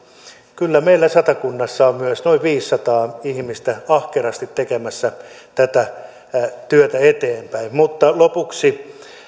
kyllä meillä satakunnassa on myös noin viisisataa ihmistä ahkerasti tekemässä tätä työtä eteenpäin mutta lopuksi